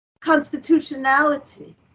constitutionality